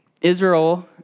Israel